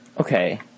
Okay